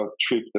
trip